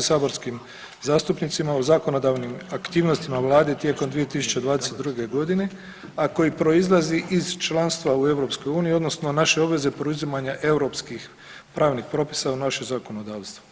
saborskim zastupnicima u zakonodavnim aktivnostima Vlade tijekom 2022. g., a koji proizlazi iz članstva u EU, odnosno našoj obvezi preuzimanja europskih pravnih propisa u naše zakonodavstvo.